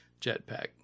jetpack